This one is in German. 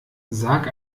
sag